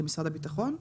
של משרד הבטחון,